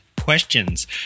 questions